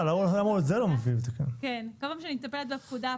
מטפלת בפקודה,